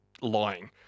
lying